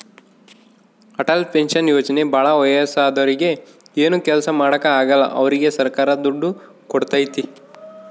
Atal pension ಯೋಜನೆ ಭಾಳ ವಯಸ್ಸಾದೂರಿಗೆ ಏನು ಕೆಲ್ಸ ಮಾಡಾಕ ಆಗಲ್ಲ ಅವ್ರಿಗೆ ಸರ್ಕಾರ ದುಡ್ಡು ಕೋಡ್ತೈತಿ